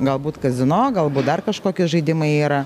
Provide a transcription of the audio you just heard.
galbūt kazino galbūt dar kažkokie žaidimai yra